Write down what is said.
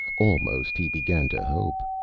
almost, he began to hope.